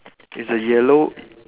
it's a yellow